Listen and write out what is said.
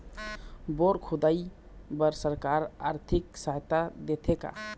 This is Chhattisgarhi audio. बोर खोदाई बर सरकार आरथिक सहायता देथे का?